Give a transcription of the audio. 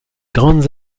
grandes